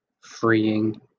freeing